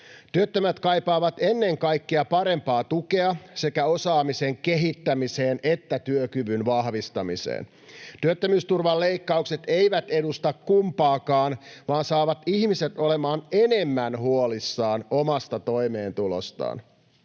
Työttömät kaipaavat ennen kaikkea parempaa tukea sekä osaamisen kehittämiseen että työkyvyn vahvistamiseen. Työttömyysturvan leikkaukset eivät edusta kumpaakaan vaan saavat ihmiset olemaan enemmän huolissaan omasta toimeentulostaan.